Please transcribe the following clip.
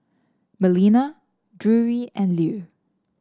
Melina Drury and Lew